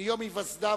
מיום היווסדה,